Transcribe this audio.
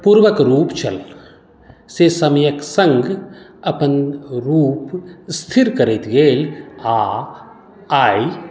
पूर्वक रूप छल से समयक सङ्ग अपन रूप स्थिर करैत गेल आ आइ